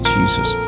Jesus